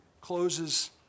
closes